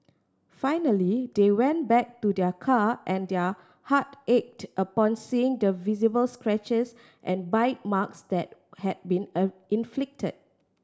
finally they went back to their car and their heart ached upon seeing the visible scratches and bite marks that had been a inflicted